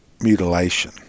mutilation